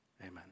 amen